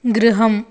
गृहम्